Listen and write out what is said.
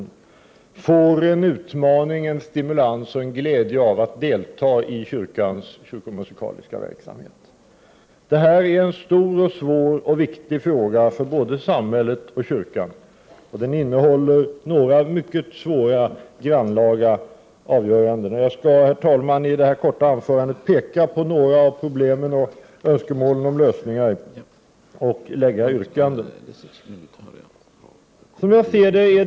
De får en utmaning, en stimulans och en glädje av att delta i kyrkans kyrkomusikaliska verksamhet. Detta är en stor, svår och viktig fråga för både samhället och kyrkan. Den innehåller några mycket grannlaga avgöranden. Jag skall, herr talman, i detta korta anförande peka på några av problemen och önskemålen om lösningar samt framföra yrkanden.